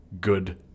good